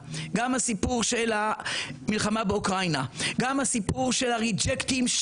הקורונה; גם הסיפור של המלחמה באוקראינה; גם הסיפור של הריג'קטים,